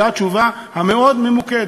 זה התשובה המאוד-ממוקדת,